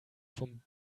vom